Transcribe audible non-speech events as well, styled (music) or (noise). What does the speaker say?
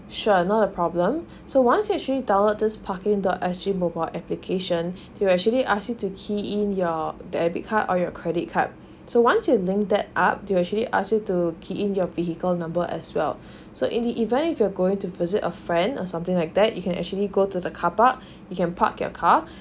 sure know your problem (breath) so once actually download this parking dot S G mobile application (breath) he will actually ask you to key in your debit card or your credit card (breath) so once you link that up they will actually ask you to key in your vehicle number as well (breath) so in the event if you're going to visit a friend or something like that you can actually go to the carpark (breath) you can park your car (breath)